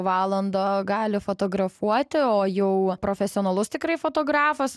valandą gali fotografuoti o jau profesionalus tikrai fotografas